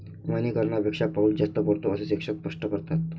वनीकरणापेक्षा पाऊस जास्त पडतो, असे शिक्षक स्पष्ट करतात